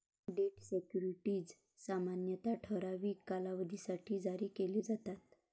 date securities सामान्यतः ठराविक कालावधीसाठी जारी केले जातात